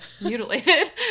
mutilated